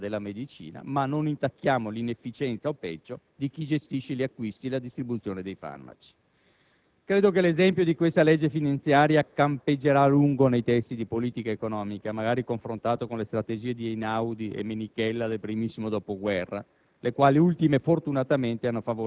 nel campo della farmaceutica e della medicina, ma non intacchiamo l'inefficienza, o peggio, di chi gestisce gli acquisti e la distribuzione dei farmaci. Credo che l'esempio di questa legge finanziaria campeggerà a lungo nei testi di politica economica, magari confrontato con le strategie di Einaudi (e Menichella) del primissimo dopoguerra,